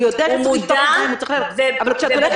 הוא יודע לשטוף ידיים אבל כשאת הולכת